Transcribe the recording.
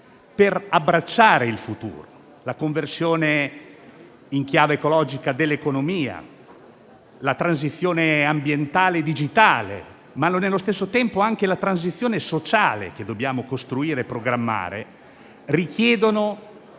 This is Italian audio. per abbracciare il futuro. La conversione in chiave ecologica dell'economia e la transizione ambientale e digitale, ma allo stesso tempo anche la transizione sociale, che dobbiamo costruire e programmare, richiedono